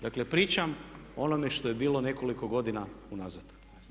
Dakle pričam o onome što je bilo nekoliko godina unazad.